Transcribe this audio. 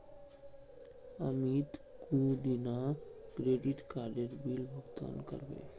अमित कुंदिना क्रेडिट काडेर बिल भुगतान करबे